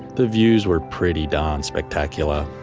the views were pretty darn spectacular,